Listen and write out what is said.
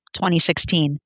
2016